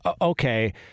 Okay